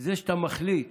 זה שאתה מחליט